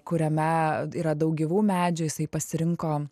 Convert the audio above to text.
kuriame yra daug gyvų medžių jisai pasirinko